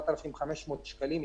7,500 שקלים,